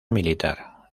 militar